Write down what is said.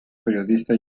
periodista